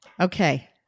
Okay